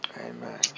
Amen